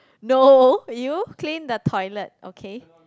no you clean the toilet okay